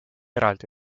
eraldi